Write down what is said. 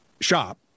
shop